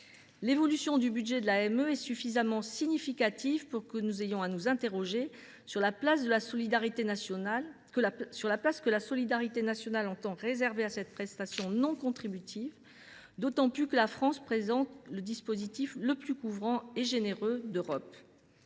L’évolution de son budget est pourtant suffisamment significative pour que nous nous interrogions sur la place que la solidarité nationale entend réserver à cette prestation non contributive, alors que la France offre le dispositif le plus couvrant et le plus généreux d’Europe.